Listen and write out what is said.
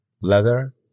leather